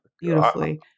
beautifully